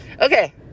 Okay